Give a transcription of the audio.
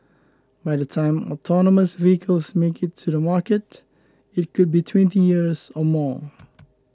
by the time autonomous vehicles make it to the market it could be twenty years or more